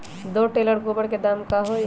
दो टेलर गोबर के दाम का होई?